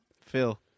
Phil